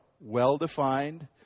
well-defined